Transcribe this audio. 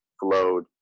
flowed